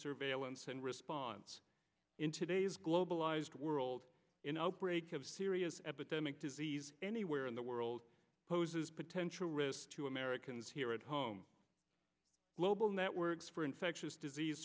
surveillance and response in today's globalized world in outbreak of serious epidemic disease anywhere in the world poses potential risks to americans here at home global networks for infectious disease